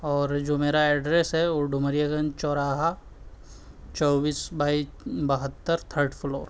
اور جو میرا ایڈریس ہے وہ ڈومریا گنج چوراہا چوبیس بائیس بہتر تھرڈ فلور